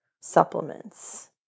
supplements